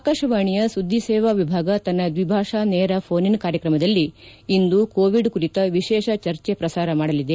ಆಕಾಶವಾಣಿಯ ಸುದ್ದಿಸೇವಾ ವಿಭಾಗ ತನ್ನ ದ್ವಿಭಾಷಾ ನೇರ ಫೋನ್ ಇನ್ ಕಾರ್ಯಕ್ರಮದಲ್ಲಿ ಇಂದು ಕೋವಿಡ್ ಕುರಿತ ವಿಶೇಷ ಚರ್ಚೆ ಪ್ರಸಾರ ಮಾಡಲಿದೆ